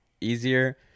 easier